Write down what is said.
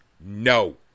No